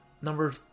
Number